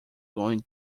going